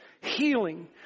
healing